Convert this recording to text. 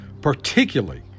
particularly